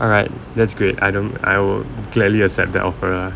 all right that's great I don't I will gladly accept that offer lah